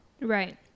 Right